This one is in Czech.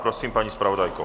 Prosím, pane zpravodajko.